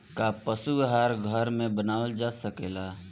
का पशु आहार घर में बनावल जा सकेला?